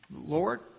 Lord